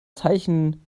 zeichen